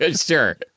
Sure